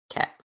Okay